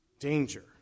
danger